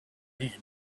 men